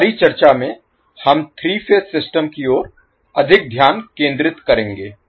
हमारी चर्चा में हम 3 फेज सिस्टम की ओर अधिक ध्यान केंद्रित करेंगे